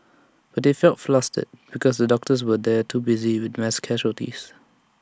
but they felt flustered because the doctors were there too busy with the mass casualties